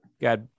got